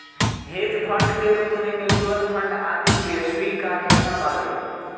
hedge fund के रूप में म्यूच्यूअल फंड आदि के स्वीकार्यता बावे